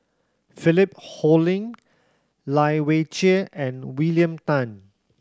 Philip Hoalim Lai Weijie and William Tan